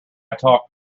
talked